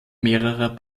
mehrerer